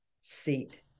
seat